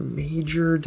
major